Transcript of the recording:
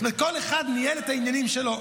זאת אומרת, כל אחד ניהל את העניינים שלו.